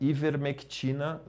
Ivermectina